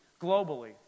globally